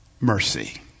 mercy